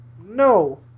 No